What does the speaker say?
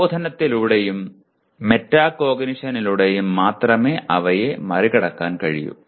പ്രബോധനത്തിലൂടെയും മെറ്റാകോഗ്നിഷനിലൂടെയും മാത്രമേ അവയെ മറികടക്കാൻ കഴിയൂ